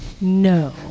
No